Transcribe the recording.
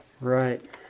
Right